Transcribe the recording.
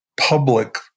public